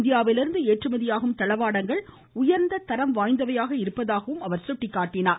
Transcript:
இந்தியாவிலிருந்து ஏற்றுமதியாகும் தளவாடங்கள் உயர்ந்த தரம் வாய்ந்தவையாக இருப்பதாக எடுத்துரைத்தார்